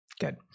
Good